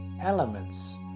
elements